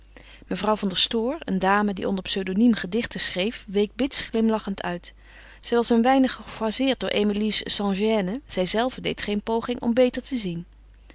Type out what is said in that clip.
mevrouw van der stoor een dame die onder pseudoniem gedichten schreef week bits glimlachend uit zij was een weinig gefroisseerd door emilie's sans-gêne zijzelve deed geen poging om beter te zien